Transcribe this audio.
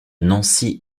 nancy